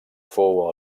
fou